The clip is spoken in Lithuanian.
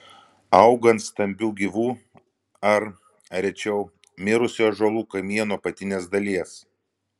auga ant stambių gyvų ar rečiau mirusių ąžuolų kamienų apatinės dalies